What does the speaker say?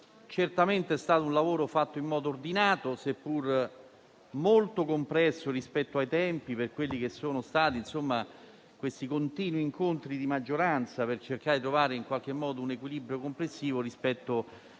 certamente è stato condotto in modo ordinato, seppur molto compresso rispetto ai tempi, per i continui incontri di maggioranza per cercare di trovare in qualche modo un equilibrio complessivo rispetto al